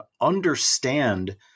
understand